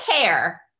care